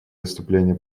выступления